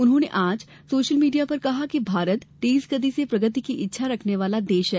उन्होंने आज social media पर कहा कि भारत तेजगति से प्रगति की इच्छा रखने वाला देश है